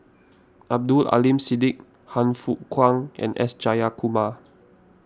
Abdul Aleem Siddique Han Fook Kwang and S Jayakumar